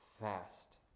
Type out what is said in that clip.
fast